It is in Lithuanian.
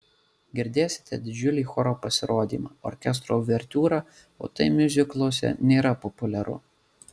girdėsite didžiulį choro pasirodymą orkestro uvertiūrą o tai miuzikluose nėra populiaru